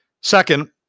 Second